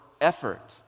effort